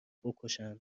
بکشند